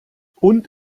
und